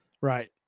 Right